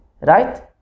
Right